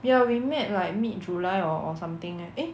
ya we met like mid july or or something leh eh